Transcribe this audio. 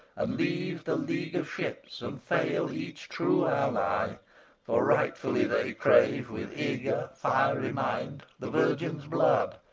and leave the league of ships, and fail each true ally for rightfully they crave, with eager fiery mind, the virgin's blood,